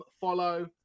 follow